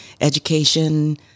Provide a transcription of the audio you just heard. education